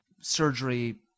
surgery